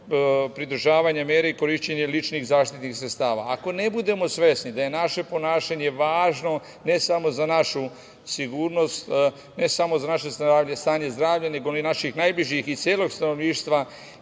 pridržavanja mera i korišćenje ličnih zaštitnih sredstava. Ako ne budemo svesni da je naše ponašanje važno, ne samo za našu sigurnost, ne samo za naše stanje zdravlja, nego i naših najbližih i celog stanovništva,